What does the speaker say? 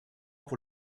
pour